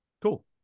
Cool